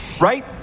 Right